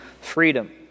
freedom